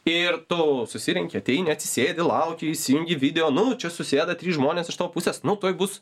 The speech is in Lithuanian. ir tu susirenki ateini atsisėdi lauki įsijungi video nu čia susėda trys žmonės iš tavo pusės nu tuoj bus